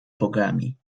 bogami